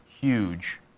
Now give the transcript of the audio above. huge